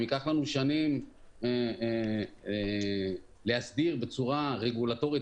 ייקח לנו שנים להסדיר בצורה רגולטורית